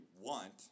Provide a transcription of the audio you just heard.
want